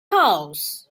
house